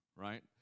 right